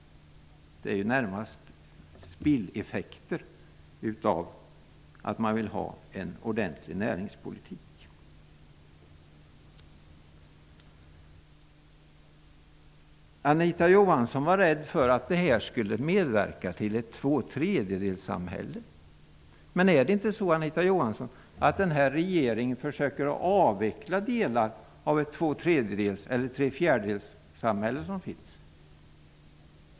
Det är närmast spilleffekter av att man vill ha en ordentlig näringspolitik. Anita Johansson var rädd för att det här skulle leda till ett tvåtredjedelssamhälle. Är det inte så, Anita Johansson, att den nuvarande regeringen försöker att avveckla delar av det trefjärdedelssamhälle som finns?